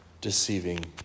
deceiving